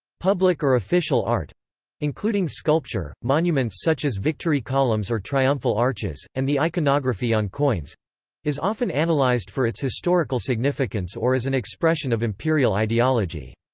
public or official art including sculpture, monuments such as victory columns or triumphal arches, and the iconography on coins is often and analysed for its historical significance or as an expression of imperial ideology.